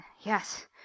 Yes